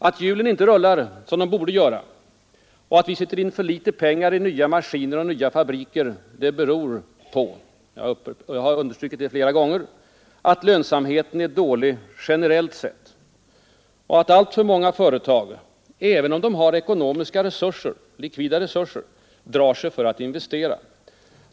Att hjulen inte rullar som de borde göra och att vi sätter in för litet pengar i nya maskiner och nya fabriker beror — jag har understrukit det flera gånger — på att lönsamheten är dålig generellt sett, att många företag, även om de har likvida resurser, drar sig för att investera.